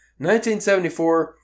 1974